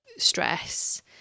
stress